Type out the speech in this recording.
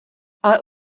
ale